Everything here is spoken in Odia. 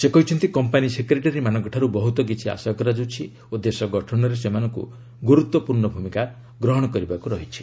ସେ କହିଛନ୍ତି କମ୍ପାନି ସେକ୍ରେଟାରୀମାନଙ୍କଠାରୁ ବହୁତ କିଛି ଆଶା କରାଯାଉଛି ଓ ଦେଶ ଗଠନରେ ସେମାନଙ୍କୁ ଗୁରୁତ୍ୱପୂର୍ଣ୍ଣ ଭୂମିକା ଗ୍ରହଣ କରିବାକୁ ପଡ଼ିବ